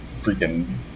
freaking